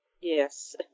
Yes